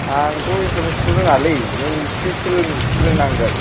आंथ' एसामिसखौ रोङालै नोंसो सोलों फोरोंनांगोन